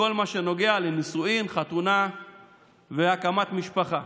בכל מה שנוגע לנישואים, חתונה והקמת משפחה.